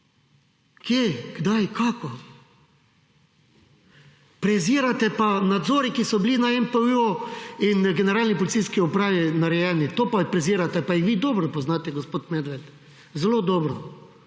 Kje, kdaj, kako? Prezirate pa nadzore, ki so bili na NPU-ju in generalni policijski upravi narejeni, to pa prezirate, pa jih vi dobro poznate, gospod Medved, zelo dobro,